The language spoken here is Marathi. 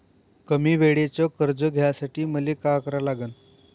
कमी वेळेचं कर्ज घ्यासाठी मले का करा लागन?